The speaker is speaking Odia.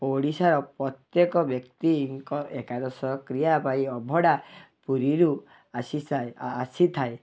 ଓଡ଼ିଶାର ପ୍ରତ୍ୟେକ ବ୍ୟକ୍ତିଙ୍କ ଏକାଦଶାହ କ୍ରିୟା ବା ଏଇ ଅଭଡ଼ା ପୁରୀରୁ ଆସିସାଏ ଆସିଥାଏ